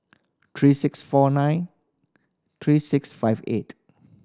three six four nine three six five eight